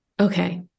okay